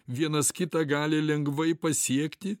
vienas kitą gali lengvai pasiekti